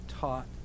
taught